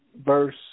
verse